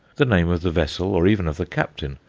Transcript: the name of the vessel, or even of the captain,